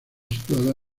situada